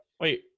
Wait